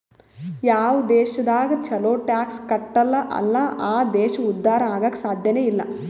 ಯಾವ್ ದೇಶದಾಗ್ ಛಲೋ ಟ್ಯಾಕ್ಸ್ ಕಟ್ಟಲ್ ಅಲ್ಲಾ ಆ ದೇಶ ಉದ್ಧಾರ ಆಗಾಕ್ ಸಾಧ್ಯನೇ ಇಲ್ಲ